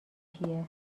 کیه